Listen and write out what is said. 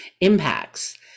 impacts